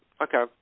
Okay